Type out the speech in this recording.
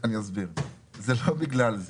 זה לא בגלל זה.